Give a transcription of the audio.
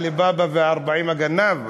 עלי בבא ו-40 הגנבים?